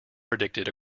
predicted